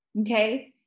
okay